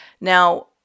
Now